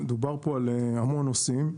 דובר פה על המון נושאים,